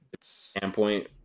standpoint